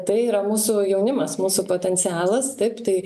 tai yra mūsų jaunimas mūsų potencialas taip tai